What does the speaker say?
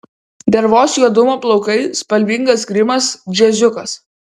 dervos juodumo plaukai spalvingas grimas džiaziukas